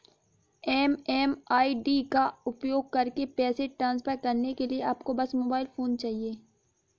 MMID का उपयोग करके पैसे ट्रांसफर करने के लिए आपको बस मोबाइल फोन चाहिए